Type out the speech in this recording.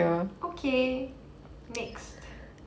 okay next